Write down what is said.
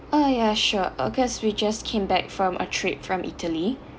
uh yeah sure august we just came back from a trip from italy